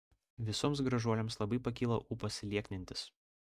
visoms gražuolėms labai pakyla ūpas lieknintis